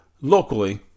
locally